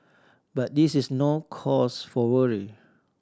but this is no cause for worry